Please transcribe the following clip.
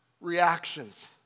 reactions